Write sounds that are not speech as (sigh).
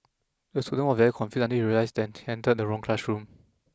the student (unintelligible) very confused until he realised that entered the wrong classroom